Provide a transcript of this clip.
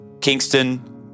Kingston